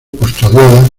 custodiada